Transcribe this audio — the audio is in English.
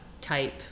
type